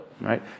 right